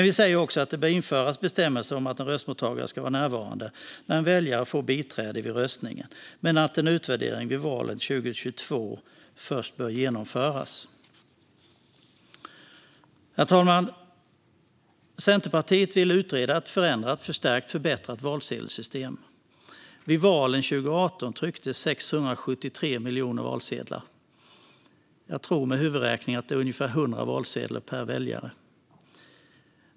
Vi säger också att det bör införas bestämmelser om att en röstmottagare ska vara närvarande när en väljare får biträde vid röstningen men att en utvärdering vid valen 2022 först bör genomföras. Herr talman! Centerpartiet vill utreda ett förändrat, förstärkt och förbättrat valsedelsystem. Vid valen 2018 trycktes 673 miljoner valsedlar. Jag tror efter huvudräkning att det är ungefär 100 valsedlar per väljare.